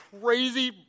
crazy